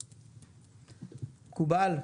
מקובל?